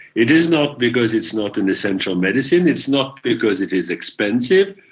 it is not because it's not an essential medicine, it's not because it is expensive.